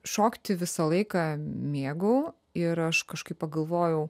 šokti visą laiką mėgau ir aš kažkaip pagalvojau